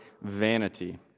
vanity